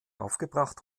aufgebracht